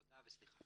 תודה רבה.